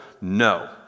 No